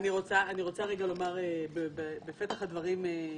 אני רוצה לומר בפתח הדברים,